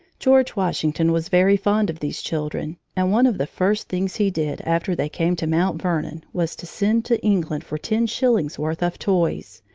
george washington was very fond of these children, and one of the first things he did after they came to mount vernon was to send to england for ten shillings' worth of toys,